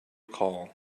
call